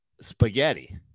spaghetti